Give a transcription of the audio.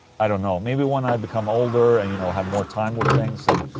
i don't know, maybe when i've become older and you know, have more time with things and.